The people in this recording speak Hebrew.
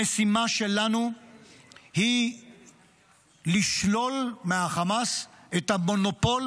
המשימה שלנו היא לשלול מהחמאס את המונופול